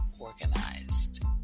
Organized